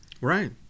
Right